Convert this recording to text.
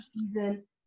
season